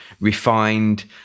refined